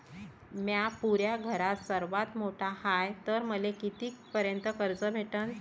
म्या पुऱ्या घरात सर्वांत मोठा हाय तर मले किती पर्यंत कर्ज भेटन?